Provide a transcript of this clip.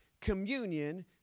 communion